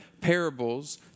parables